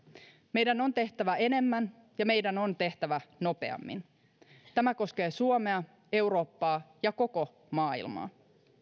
meidän on tehtävä enemmän ja meidän on tehtävä nopeammin tämä koskee suomea eurooppaa ja koko maailmaa